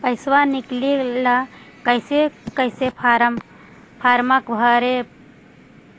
पैसा निकले ला कैसे कैसे फॉर्मा भरे